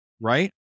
Right